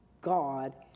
God